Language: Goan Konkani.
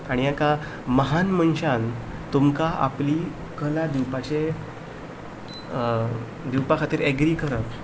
आनी एका महान मनशान तुमकां आपली कला दिवपाचे दिवपा खातीर एग्री करप एक